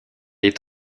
est